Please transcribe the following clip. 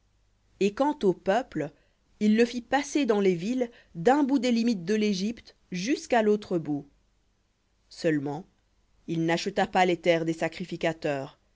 et quant au peuple il le fit passer dans les villes d'un bout des limites de l'égypte jusqu'à l'autre bout seulement il n'acheta pas les terres des sacrificateurs